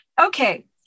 okay